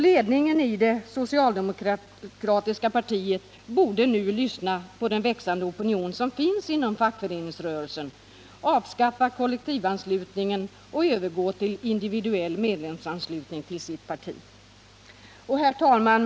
Ledningen i det socialdemokratiska partiet borde lyssna på den växande opinion som finns inom fackföreningsrörelsen, avskaffa kollektivanslutningen och övergå till induviduell medlemsanslutning till sitt parti. Herr talman!